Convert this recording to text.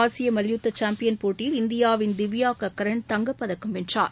ஆசிய மல்யுத்த சாம்பியன் போட்டியில் இந்தியாவின் திவ்யாகன்ண் தங்கப்பதக்கம் வென்றார்